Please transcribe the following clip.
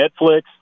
Netflix